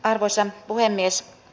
arvoisa puhemies